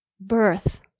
birth